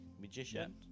magician